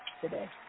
today